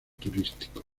turístico